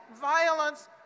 violence